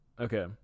Okay